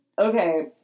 okay